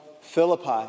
Philippi